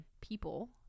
people